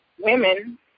Women